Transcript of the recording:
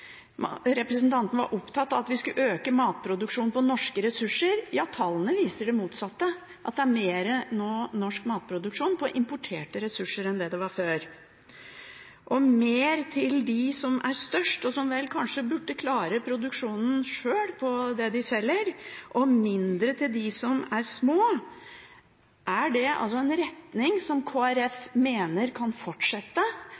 Representanten var opptatt av at vi skulle øke matproduksjonen på norske ressurser. Tallene viser det motsatte, at det er mer norsk matproduksjon på importerte ressurser enn før. Det blir mer til dem som er størst og som vel burde klare å produsere sjøl det de selger, og mindre til dem som er små. Er det en retning som Kristelig Folkeparti mener kan fortsette?